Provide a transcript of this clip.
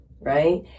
right